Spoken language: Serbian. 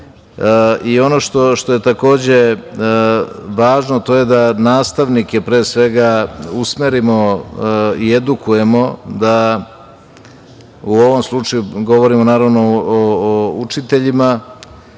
i ono što je takođe važno to je da nastavnike pre svega usmerimo i edukujemo da, u ovom slučaju govorimo naravno o učiteljima